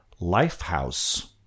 Lifehouse